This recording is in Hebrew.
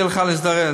אני מציע לך להזדרז.